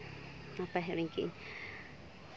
ᱦᱟᱯᱮ ᱦᱤᱲᱤᱧ ᱠᱮᱫ ᱟᱹᱧ